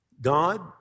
God